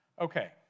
Okay